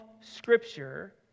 Scripture